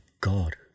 God